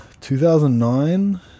2009